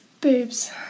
Boobs